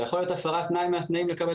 ויכול להיות הפרת תנאי מהתנאים לקבלת